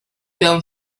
film